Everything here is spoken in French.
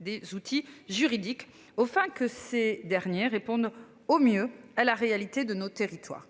des outils juridiques au enfin que ces dernières répondre au mieux à la réalité de nos territoires.